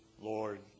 Lord